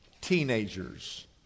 teenagers